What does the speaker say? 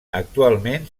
actualment